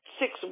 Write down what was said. six